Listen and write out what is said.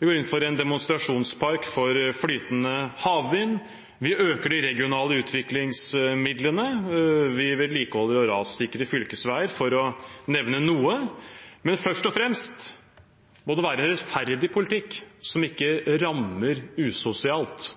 vi går inn for en demonstrasjonspark for flytende havvind, vi øker de regionale utviklingsmidlene, og vi vedlikeholder og rassikrer fylkesveier – for å nevne noe. Men først og fremst må det være en rettferdig politikk, som ikke rammer usosialt.